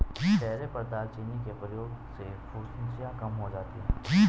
चेहरे पर दालचीनी के प्रयोग से फुंसियाँ कम हो जाती हैं